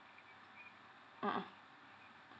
mmhmm